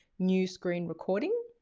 new screen recording.